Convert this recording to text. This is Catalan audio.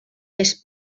més